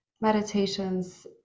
meditations